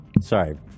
Sorry